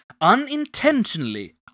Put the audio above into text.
Unintentionally